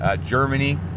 germany